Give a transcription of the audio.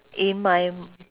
in my